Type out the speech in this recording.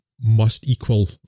must-equal